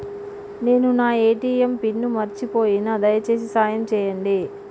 నేను నా ATM pin మర్చిపోయిన, దయచేసి సాయం చేయండి